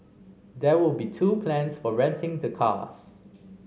there will be two plans for renting the cars